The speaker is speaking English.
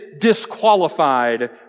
disqualified